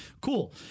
Cool